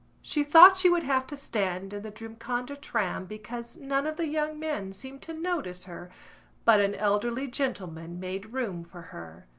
she thought she would have to stand in the drumcondra tram because none of the young men seemed to notice her but an elderly gentleman made room for her.